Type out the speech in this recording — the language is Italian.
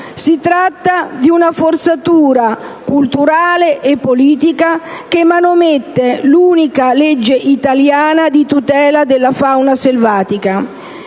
Si tratta di una forzatura culturale e politica che manomette l'unica legge italiana di tutela della fauna selvatica,